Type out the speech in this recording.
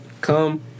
come